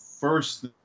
first